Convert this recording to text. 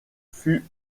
fut